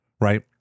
right